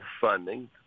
funding